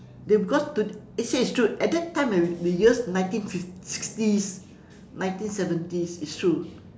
they because to actually it's true at that time when we years ninety fifty sixties ninety seventies it's true